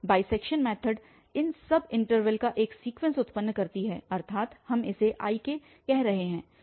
bisection method इस सब interval का एक सीक्वेन्स उत्पन्न करती है अर्थात हम इसे Ik कह रहे हैं